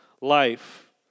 life